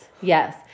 yes